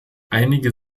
einige